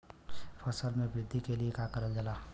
फसल मे वृद्धि के लिए का करल जाला?